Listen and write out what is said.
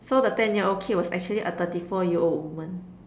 so the ten year old kid was actually a thirty four year old woman